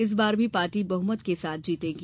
इस बार भी पार्टी बहमत के साथ जीतेगी